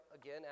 again